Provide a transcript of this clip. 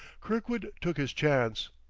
kirkwood took his chance.